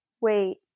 wait